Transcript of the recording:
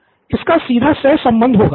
pro बाला इसका सीधा सह -संबंध होगा